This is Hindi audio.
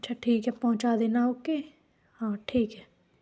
अच्छा ठीक है पहुँचा देना ओके हाँ ठीक है